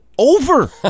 Over